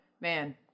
man